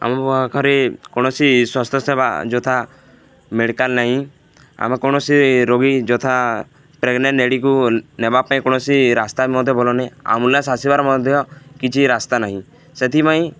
ଆମ ପାଖରେ କୌଣସି ସ୍ୱାସ୍ଥ୍ୟ ସେବା ଯଥା ମେଡ଼ିକାଲ ନାହିଁ ଆମେ କୌଣସି ରୋଗୀ ଯଥା ପ୍ରେଗନେଟ ଲେଡ଼ିକୁ ନେବା ପାଇଁ କୌଣସି ରାସ୍ତା ମଧ୍ୟ ଭଲ ନାହିଁ ଆମ୍ବୁଲାନ୍ସ ଆସିବାର ମଧ୍ୟ କିଛି ରାସ୍ତା ନାହିଁ ସେଥିପାଇଁ